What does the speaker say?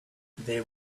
they